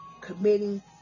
committing